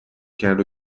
کرد